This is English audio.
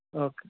okay